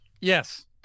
Yes